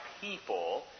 people